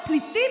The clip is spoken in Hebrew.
או פליטים,